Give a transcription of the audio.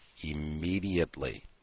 immediately